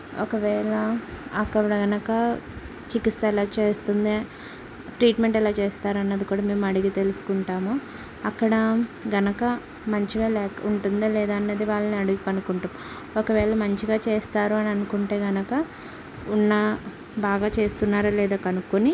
ఒకవేళ అక్కడగనక చికిత్స ఎలా చేస్తుంది ట్రీట్మెంట్ ఎలా చేస్తారు అన్నది కూడా మేము అడిగి తెలుసుకుంటాము అక్కడ గనుక మంచిగా లేక ఉంటుందా లేదా అన్నది వాళ్ళని అడిగి కనుక్కుంటాం ఒకవేళ మంచిగా చేస్తారు అని అనుకుంటే గనక ఉన్న బాగా చేస్తున్నారో లేదో కనుక్కొని